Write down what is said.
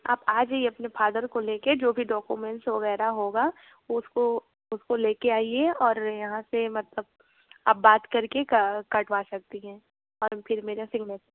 आ जाइए अपने फ़ादर को ले कर जो भी डाक्यूमेंट्स वग़ैरह होगा उसको उसको ले कर आइए और यहाँ से मतलब आप बात कर के करवा सकती हैं और फिर मेरा सिगनेचर